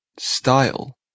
style